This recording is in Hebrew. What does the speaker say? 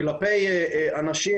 כלפי אנשים,